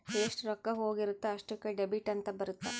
ಎಷ್ಟ ರೊಕ್ಕ ಹೋಗಿರುತ್ತ ಅಷ್ಟೂಕ ಡೆಬಿಟ್ ಅಂತ ಬರುತ್ತ